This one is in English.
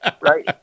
right